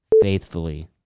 faithfully